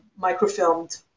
microfilmed